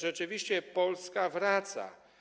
Rzeczywiście Polska wraca.